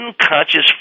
Unconscious